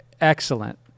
excellent